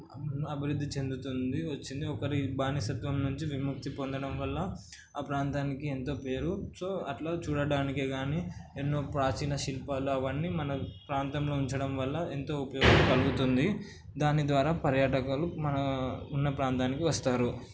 అభివృద్ధి చెందుతుంది వచ్చింది ఒకరి బానిసత్వం నుంచి విముక్తి పొందడం వల్ల ఆ ప్రాంతానికి ఎంతో పేరు సో అలా చూడటానికే కానీ ఎన్నో ప్రాచీన శిల్పాలు అవన్నీ మన ప్రాంతంలో ఉంచడం వల్ల ఎంతో ఉపయోగం కలుగుతుంది దాని ద్వారా పర్యాటకులు మనం ఉన్న ప్రాంతానికి వస్తారు